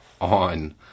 on